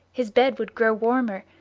his bed would grow warmer,